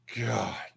God